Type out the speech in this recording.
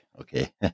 okay